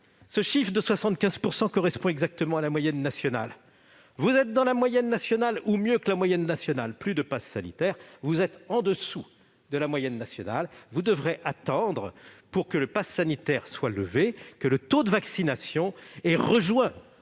Ce chiffre de 75 % correspond exactement à la moyenne nationale. Vous êtes dans la moyenne nationale ou au-dessus ? Plus de passe sanitaire. Vous êtes en dessous ? Vous devrez attendre, pour que le passe sanitaire soit levé, que le taux de vaccination ait rejoint